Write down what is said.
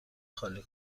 خالی